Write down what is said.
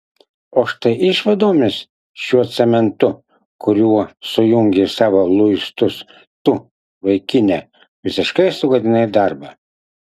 o štai išvadomis šiuo cementu kuriuo sujungei savo luistus tu vaikine visiškai sugadinai darbą